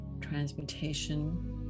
transmutation